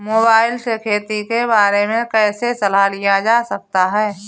Mobile से खेती के बारे कैसे सलाह लिया जा सकता है?